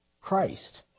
Christ